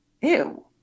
ew